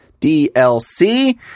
DLC